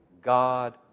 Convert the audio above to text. God